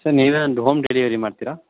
sir ನೀವೇನಾದರೂ home delivery ಮಾಡ್ತೀರಾ